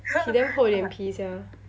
he damn 厚脸皮 sia